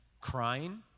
Crying